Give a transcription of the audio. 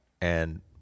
and-